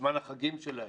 בזמן החגים שלהם.